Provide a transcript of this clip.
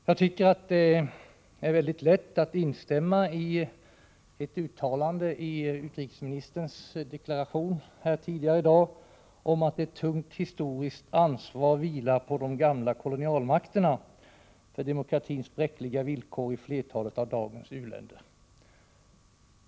Jag tycker att det är väldigt lätt att instämma i ett uttalande i utrikesministerns deklaration här tidigare i dag om att ett tungt historiskt ansvar vilar på de gamla kolonialmakterna för demokratins bräckliga villkor i flertalet av dagens u-länder.